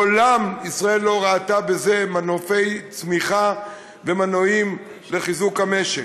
מעולם ישראל לא ראתה בזה מנופי צמיחה ומנועים לחיזוק המשק.